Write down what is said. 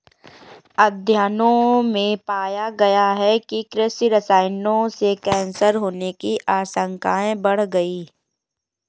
अध्ययनों में पाया गया है कि कृषि रसायनों से कैंसर होने की आशंकाएं बढ़ गई